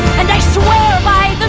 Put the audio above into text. and i swear by